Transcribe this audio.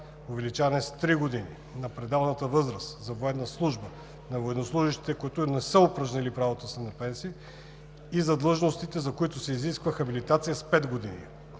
увеличаване с три години на пределната възраст за военна служба за военнослужещите, които не са упражнили правото си на пенсия, а за длъжностите, за които се изисква хабилитация – с пет години.